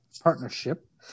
partnership